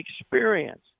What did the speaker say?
experience